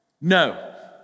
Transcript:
No